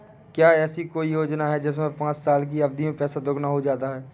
क्या ऐसी कोई योजना है जिसमें पाँच साल की अवधि में पैसा दोगुना हो जाता है?